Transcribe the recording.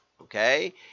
Okay